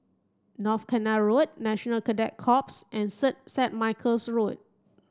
North Canal Road National Cadet Corps and Set Michael's Road